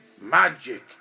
magic